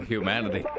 Humanity